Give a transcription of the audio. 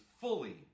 fully